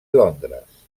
londres